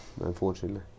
unfortunately